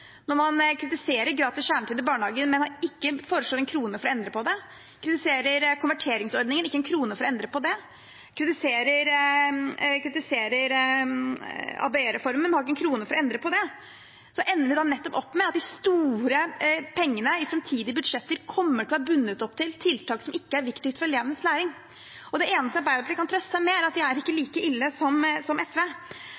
når man kritiserer gratis kjernetid i barnehagen, men ikke foreslår en krone for å endre på det, kritiserer konverteringsordningen, men ikke har en krone for å endre på det, kritiserer ABE-reformen, men ikke har en krone for å endre på det, ender vi da nettopp opp med at de store pengene i framtidige budsjetter kommer til å være bundet opp til tiltak som ikke er viktigst for elevenes læring. Det eneste Arbeiderpartiet kan trøste seg med, er at de ikke er